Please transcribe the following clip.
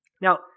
Now